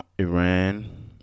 iran